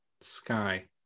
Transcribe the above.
Sky